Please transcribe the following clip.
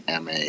MA